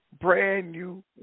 brand-new